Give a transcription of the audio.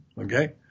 okay